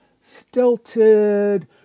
stilted